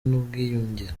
n’ubwiyunge